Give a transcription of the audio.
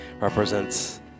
represents